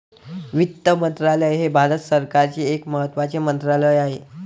वित्त मंत्रालय हे भारत सरकारचे एक महत्त्वाचे मंत्रालय आहे